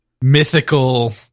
mythical